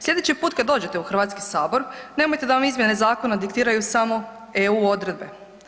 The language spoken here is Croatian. Sljedeći put kad dođete u Hrvatski sabor nemojte da vam izmjene zakona diktiraju samo EU odredbe.